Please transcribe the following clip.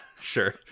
sure